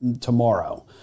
tomorrow